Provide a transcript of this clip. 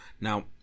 now